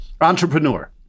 Entrepreneur